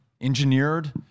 engineered